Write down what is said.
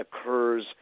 occurs